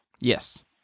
Yes